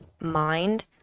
mind